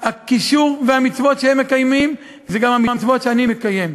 והמצוות שהם מקיימים הן המצוות שאני מקיים.